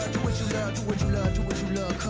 what you love do what you love do what you